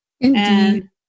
Indeed